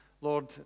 Lord